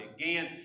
again